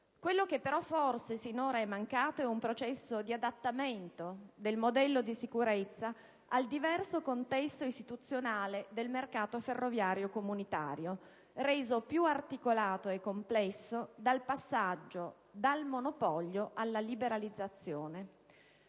Quello che però forse sinora è mancato è un processo di adattamento del modello di sicurezza al diverso contesto istituzionale del mercato ferroviario comunitario, reso più articolato e complesso dal passaggio dal monopolio alla liberalizzazione.